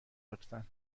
لطفا